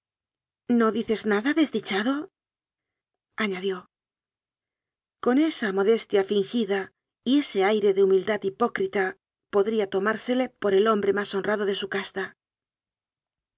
no dices nada desdichado añadió con esa mo destia fingida y ese aire de humildad hipócrita podida tomársele por el hombre más honrado de su casta